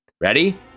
Ready